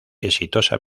exitosa